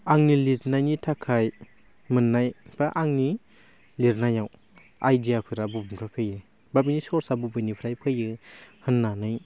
आंनि लिरनायनि थाखाय मोननाय बा आंनि लिरनायाव आइडियाफोरा बबेनिफ्राइ फैयो बा बिनि सरसा बबेनिफ्राइ फैयो होन्नानै